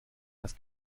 das